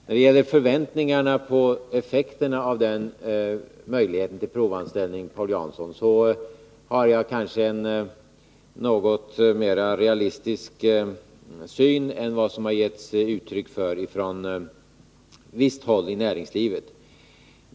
När det gäller förväntningarna på effekterna av denna möjlighet till provanställning har jag kanske, Paul Jansson, en något mer realistisk syn än den som det har getts uttryck för från visst håll inom näringslivet.